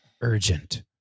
urgent